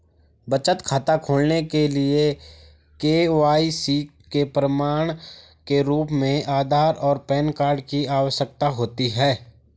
बचत खाता खोलने के लिए के.वाई.सी के प्रमाण के रूप में आधार और पैन कार्ड की आवश्यकता होती है